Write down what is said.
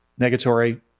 negatory